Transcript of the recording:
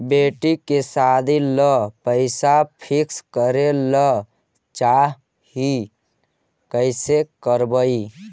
बेटि के सादी ल पैसा फिक्स करे ल चाह ही कैसे करबइ?